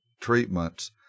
treatments